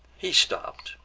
he stopp'd,